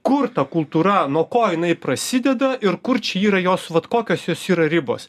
kur ta kultūra nuo ko jinai prasideda ir kur čia yra jos vat kokios jos yra ribos